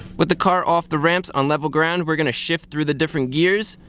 with the car off the ramps on level ground we're going to shift through the different gears,